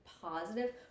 positive